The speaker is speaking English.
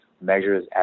measures